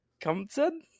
Compton